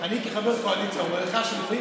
אני כחבר קואליציה אומר לך שלפעמים